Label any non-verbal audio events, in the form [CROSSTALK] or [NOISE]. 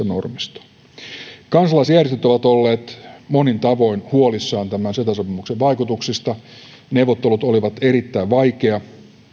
[UNINTELLIGIBLE] normistoa kansalaisjärjestöt ovat olleet monin tavoin huolissaan tämän ceta sopimuksen vaikutuksista neuvottelut olivat erittäin vaikea